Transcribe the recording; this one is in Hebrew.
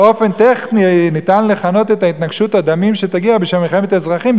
באופן טכני ניתן לכנות את התנגשות הדמים שתגיע בשם מלחמת אזרחים,